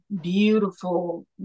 beautiful